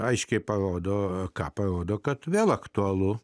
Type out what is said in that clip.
aiškiai parodo ką parodo kad vėl aktualu